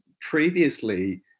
previously